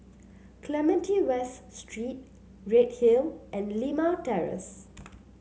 Clementi West Street Redhill and Limau Terrace